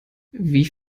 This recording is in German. wie